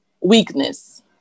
weakness